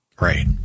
right